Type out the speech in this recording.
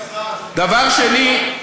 דבר שני,